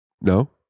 no